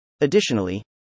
Additionally